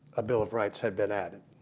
a bill of rights had been added.